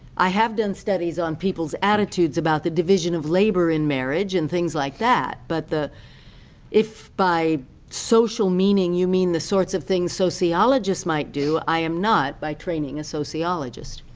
i have done studies on people's attitudes about the division of labor in marriage and things like that. but the if by social meaning, you mean the sorts of things sociologists might do, i'm um not, by training, a sociologist.